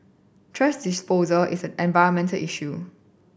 thrash disposal is an environmental issue